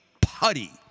putty